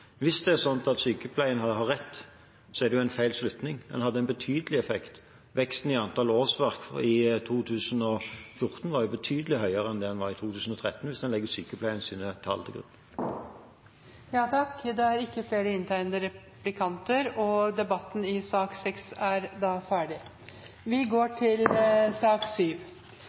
Hvis det er slik at Sykepleien har rett her, så er det jo en feil slutning – en hadde en betydelig effekt: Veksten i antall årsverk i 2014 var jo betydelig høyere enn det den var i 2013, hvis en legger Sykepleiens tall til grunn. Replikkordskiftet er over. Flere har ikke bedt om ordet til sak nr. 6. Etter ønske fra helse- og